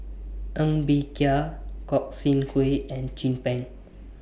Ng Bee Kia Gog Sing Hooi and Chin Peng